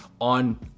on